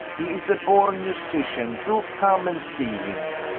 he is a born musician do come and see him!